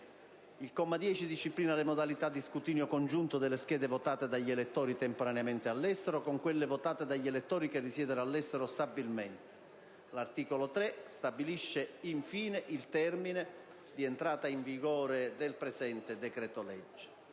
Il comma 10 disciplina le modalità di scrutinio congiunto delle schede votate dagli elettori temporaneamente all'estero con quelle votate dagli elettori che risiedono all'estero stabilmente. L'articolo 3 stabilisce, infine, il termine di entrata in vigore del presente decreto-legge.